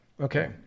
Okay